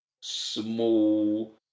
small